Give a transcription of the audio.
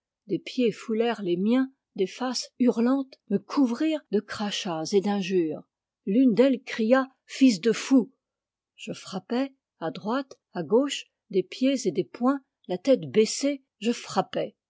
des pieds foulèrent les miens des faces hurlantes me couvrirent de crachats et d injures l'une d'elles cria fils de fou je frappai a droite à gauche des pieds et des poings la tête baissée je frappai